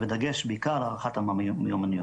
ובדגש בעיקר על הערכת המיומנויות.